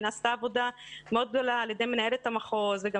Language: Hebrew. נעשתה עבודה מאוד גדולה על ידי מנהלת המחוז וגם